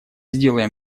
сделаем